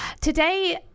today